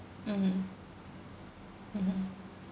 mmhmm mmhmm